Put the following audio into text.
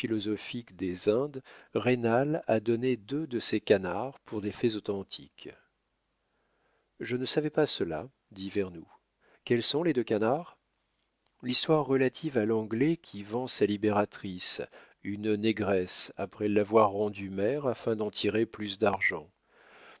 des indes raynal a donné deux de ces canards pour des faits authentiques je ne savais pas cela dit vernou quels sont les deux canards l'histoire relative à l'anglais qui vend sa libératrice une négresse après l'avoir rendue mère afin d'en tirer plus d'argent